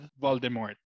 Voldemort